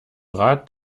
rad